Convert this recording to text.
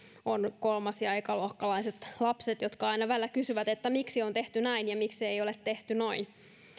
on kolmas ja ekaluokkalaiset lapset jotka aina välillä kysyvät että miksi on tehty näin ja miksi ei ole tehty noin